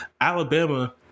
Alabama